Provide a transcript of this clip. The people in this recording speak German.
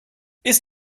ist